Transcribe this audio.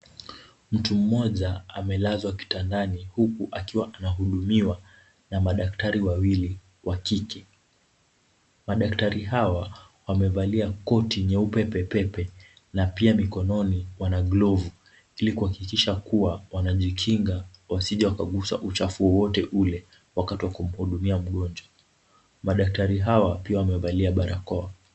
Mtu mmoja, amelazwa kitandani, huku akiwa anahudumiwa na madaktari wawili wa kike. Madaktari hawa, wamevalia koti nyeupe pepepe na pia mikononi wana glovu ili kuhakikisha kuwa wanajikinga wasije wakagusa uchafu wowote ule wakati wa kumhudumia mgonjwa . Madaktari hawa pia wamevalia barakoa.